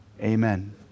Amen